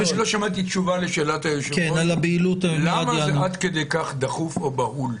לא שמעתי תשובה לשאלת היושב-ראש למה זה עד כדי כך דחוף או בהול.